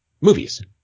movies